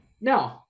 no